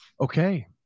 Okay